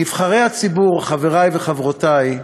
נבחרי הציבור, חברי וחברותי,